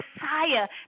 Messiah